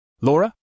Laura